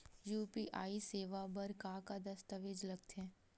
UPI सेवा बर का का दस्तावेज लगथे?